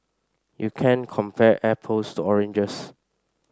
you can't compare apples to oranges